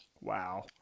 Wow